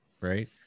Right